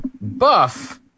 buff